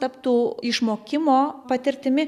taptų išmokimo patirtimi